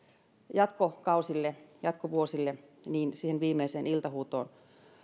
jatkokausille jatkovuosille siihen viimeiseen iltahuutoon